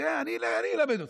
אני אלמד אותם.